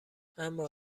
اما